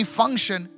function